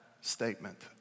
statement